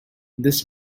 this